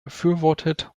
befürwortet